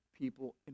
people